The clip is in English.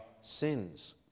sins